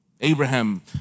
Abraham